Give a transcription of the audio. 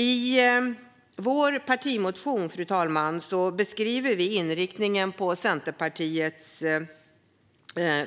I vår partimotion, fru talman, beskriver vi inriktningen på Centerpartiets